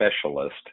specialist